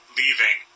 leaving